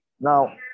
Now